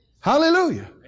Hallelujah